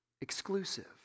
exclusive